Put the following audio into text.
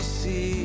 see